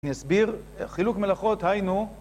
אני אסביר, חילוק מלאכות היינו